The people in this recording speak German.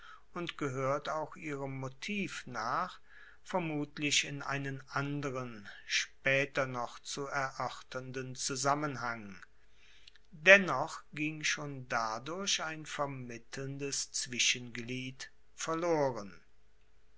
und gehoert auch ihrem motiv nach vermutlich in einen anderen spaeter noch zu eroerternden zusammenhang dennoch ging schon dadurch ein vermittelndes zwischenglied verloren